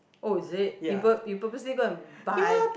oh is it you pur~ purposely go and buy